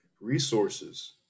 resources